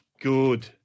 Good